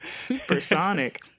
supersonic